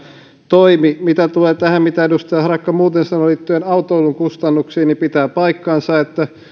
toimi mitä tulee tähän mitä edustaja harakka muuten sanoi liittyen autoilun kustannuksiin niin pitää paikkansa että